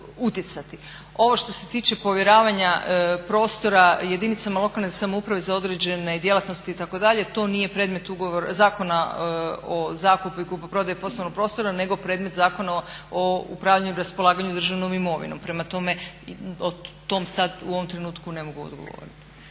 Ovo što se tiče povjeravanja prostora jedinicama lokalne samouprave za određene djelatnosti to nije predmet Zakona o zakupu i kupoprodaji poslovnog prostora nego predmet Zakona o upravljanju i raspolaganju državnom imovinom. Prema tome, o tom sad u ovom trenutku ne mogu odgovoriti.